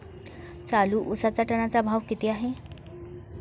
चालू उसाचा टनाचा भाव किती आहे?